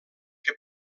que